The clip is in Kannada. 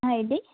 ಹಾಂ